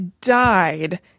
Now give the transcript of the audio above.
died